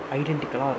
identical